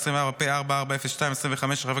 מתן העדפה למשרתים בהעדפה